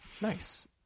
Nice